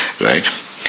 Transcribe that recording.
right